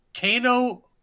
Kano